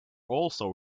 also